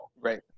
Right